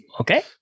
okay